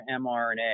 mRNA